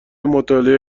مطالعه